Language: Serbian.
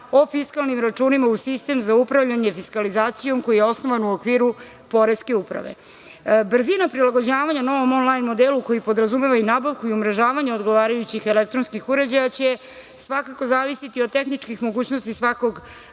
o fiskalnim računima u sistem za upravljanje fiskalizacijom koji je osnovan u okviru poreske uprave. Brzina prilagođavanja novom on-lajn modelu koji podrazumeva i nabavku i umrežavanje odgovarajućih elektronskih uređaja će svakako zavisiti od tehničkih mogućnosti svakog